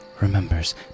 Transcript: remembers